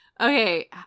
Okay